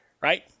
right